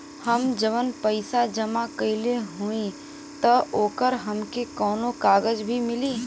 हम जवन पैसा जमा कइले हई त ओकर हमके कौनो कागज भी मिली?